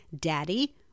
daddy